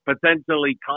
potentially